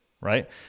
right